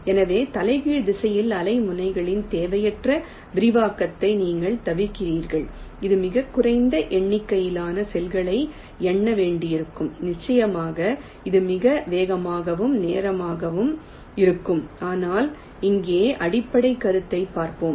எனவே தலைகீழ் திசையில் அலை முனைகளின் தேவையற்ற விரிவாக்கத்தை நீங்கள் தவிர்க்கிறீர்கள் இது மிகக் குறைந்த எண்ணிக்கையிலான செல்களை எண்ண வேண்டியிருக்கும் நிச்சயமாக இது மிக வேகமாகவும் நேரமாகவும் இருக்கும் ஆனால் இங்கே அடிப்படை கருத்தை பார்ப்போம்